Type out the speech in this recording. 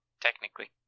Technically